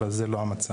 אבל זה לא המצב.